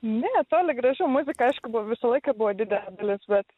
ne toli graži muzika aišku buvo visą laiką buvo didelė dalis bet